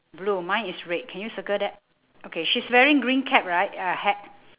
blue mine is red can you circle that okay she's wearing green cap right uh hat